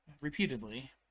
Repeatedly